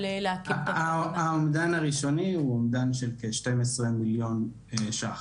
האומדן הראשוני הוא כשנים עשר מיליון ₪.